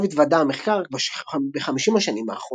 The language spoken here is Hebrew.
שאליו התוודע המחקר רק בחמישים השנים האחרונות.